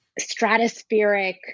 stratospheric